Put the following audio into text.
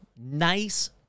nice